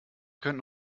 könnten